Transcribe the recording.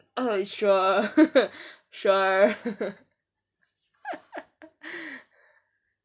oh sure sure